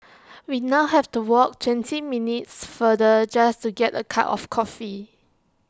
we now have to walk twenty minutes farther just to get A cup of coffee